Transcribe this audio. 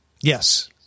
Yes